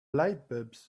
lightbulbs